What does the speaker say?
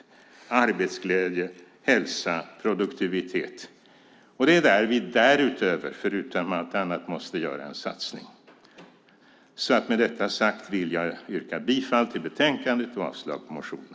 Det handlar om arbetsglädje, hälsa och produktivitet. Det är där vi, förutom allt annat, måste göra en satsning. Med detta sagt vill jag yrka bifall till förslaget i betänkandet och avslag på motionerna.